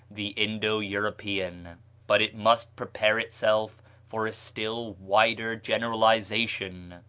the indo-european but it must prepare itself for a still wider generalization.